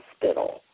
hospital